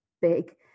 big